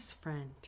friend